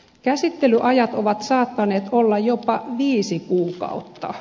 käsittelyajat ovat saattaneet olla jopa viisi kuukautta